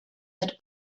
mit